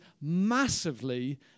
massively